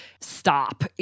stop